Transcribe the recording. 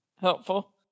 helpful